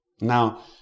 Now